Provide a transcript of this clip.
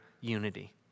unity